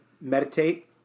meditate